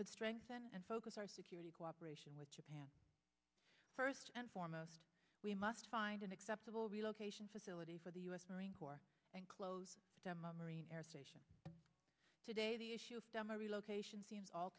could strengthen and focus our security cooperation with japan first and foremost we must find an acceptable relocation facility for the u s marine corps and close i'm a marine air station today the issue of stem relocation seems all